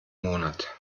monat